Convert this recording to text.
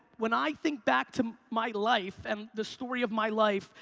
when i think back to my life and the story of my life,